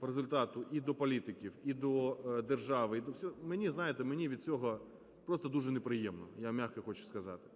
по результату і до політиків, і до держави, і до всього, мені, знаєте, мені від цього просто дуже неприємно, я м'яко хочу сказати.